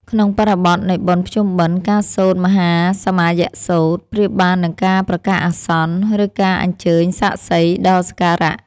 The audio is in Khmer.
ក្នុងបរិបទនៃបុណ្យភ្ជុំបិណ្ឌ ការសូត្រមហាសមយសូត្រប្រៀបបាននឹងការប្រកាសអាសន្ន ឬការអញ្ជើញសាក្សីដ៏សក្ការៈ